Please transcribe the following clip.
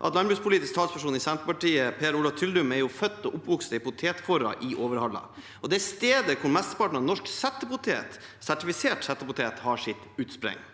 at landbrukspolitisk talsperson i Senterpartiet, Per Olav Tyldum, er født og oppvokst i en potetfår i Overhalla, stedet hvor mesteparten av norsk sertifisert settepotet har sitt utspring.